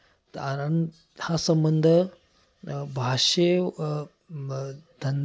तारण हा संबंध भाषे धन